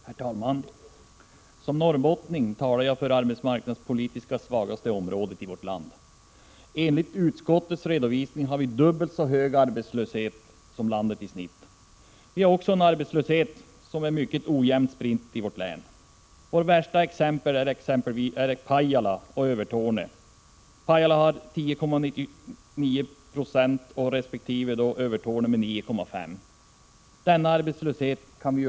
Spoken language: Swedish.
Herr talman! Som norrbottning talar jag för den arbetsmarknadspolitiskt svagaste regionen i vårt land. Enligt utskottets redovisning har vi dubbelt så hög arbetslöshet som landet isnitt. Vi har också arbetslöshet som är mycket ojämnt spridd i vårt län. Våra värsta exempel är Pajala och Övertorneå som har 10,97 26 resp. 9,5 96.